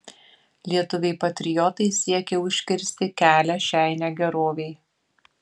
lietuviai patriotai siekė užkirsti kelią šiai negerovei